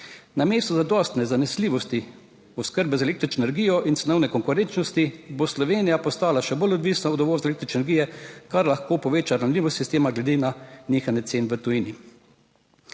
Namesto zadostne zanesljivosti oskrbe z električno energijo in cenovne konkurenčnosti bo Slovenija postala še bolj odvisna od uvoza električne energije, kar lahko poveča ranljivost sistema glede na nihanje cen v tujini.